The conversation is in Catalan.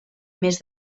més